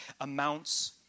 amounts